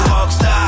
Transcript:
Rockstar